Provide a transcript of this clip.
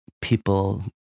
People